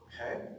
okay